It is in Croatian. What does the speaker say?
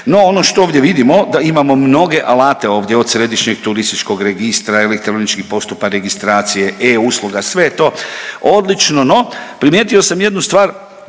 no ono što ovdje vidimo da imamo mnoge alate ovdje, od središnjeg turističkog registra, elektroničnih postupa registracije, e-Usluga, sve je to odlično, no primijetio sam jednu stvar